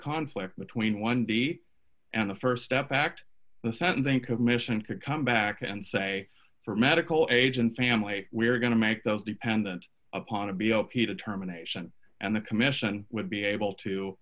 conflict between one d d and the st step act the sentencing commission could come back and say for medical age and family we're going to make those dependent upon a b o p determination and the commission would be able to